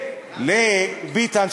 ולביטן,